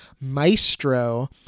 Maestro